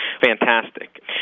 fantastic